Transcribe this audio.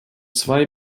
zwei